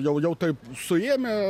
jau jau taip suėmę